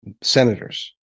senators